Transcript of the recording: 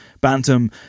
bantam